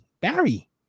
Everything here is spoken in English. Barry